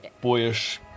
boyish